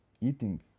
eating